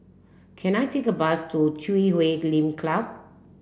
can I take a bus to Chui Huay Lim Club